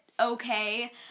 okay